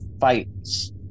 fights